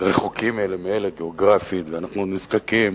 רחוקים אלה מאלה גיאוגרפית, ואנחנו נזקקים